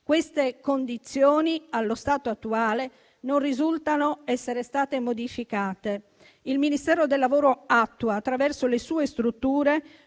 Queste condizioni, allo stato attuale, non risultano essere state modificate. Il Ministero del lavoro attua attraverso le sue strutture